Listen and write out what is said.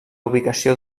ubicació